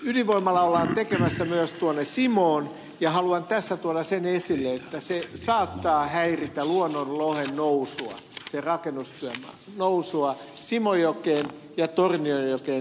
ydinvoimalaa ollaan tekemässä myös tuonne simoon ja haluan tässä tuoda esille sen että se rakennustyömaa saattaa häiritä luonnonlohen nousua simojokeen tornionjokeen ja bäcksjö jokeen